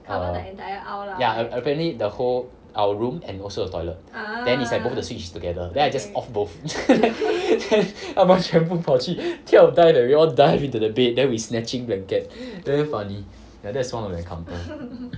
err ya apparently the whole our room and also the toilet then is like both the switch is together then I just off both 他们全部跑去跳 dive we all dive into the bed then we snatching blanket damn funny ya that's one of the encounter